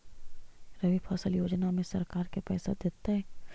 रबि फसल योजना में सरकार के पैसा देतै?